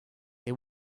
they